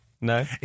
No